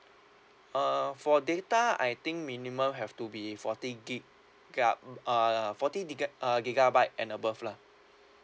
uh for data I think minimum have to be forty giga uh forty giga~ uh gigabyte and above lah